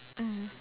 mm